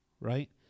right